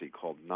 called